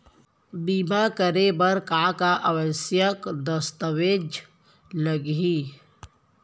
बीमा करे बर का का आवश्यक दस्तावेज लागही